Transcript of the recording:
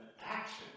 action